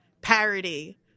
parody